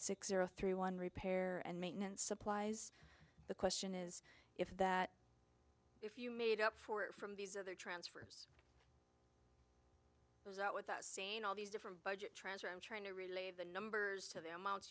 six zero three one repair and maintenance supplies the question is if that if you made up for it from these other transfers goes out with that scene all these different budget transfer i'm trying to relay the numbers to the amount